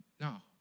Now